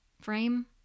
Frame